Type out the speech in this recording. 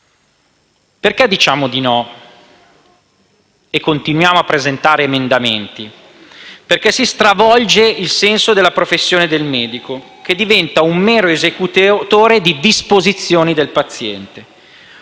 Perché diciamo di no e continuiamo a presentare emendamenti? Perché si stravolge il senso della professione del medico, che diventa un mero esecutore di disposizioni del paziente.